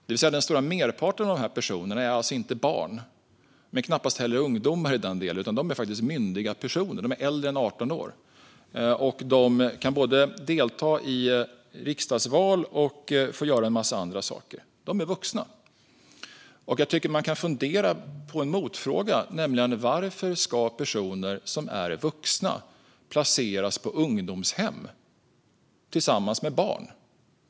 Den stora merparten av dessa personer är alltså inte barn, knappast heller ungdomar, utan de är faktiskt myndiga personer, äldre än 18 år. De kan både delta i riksdagsval och göra en massa andra saker. De är vuxna. Vi kan fundera över en motfråga, nämligen varför personer som är vuxna ska placeras på ungdomshem tillsammans med barn.